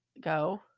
go